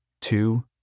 Two